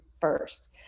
first